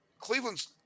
Cleveland's –